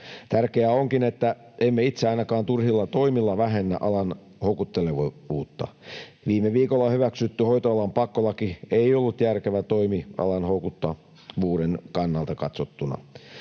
Tärkeää onkin, että emme itse ainakaan turhilla toimilla vähennä alan houkuttelevuutta. Viime viikolla hyväksytty hoitoalan pakkolaki ei ollut järkevä toimi alan houkuttavuuden kannalta katsottuna.